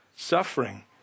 Suffering